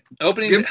Opening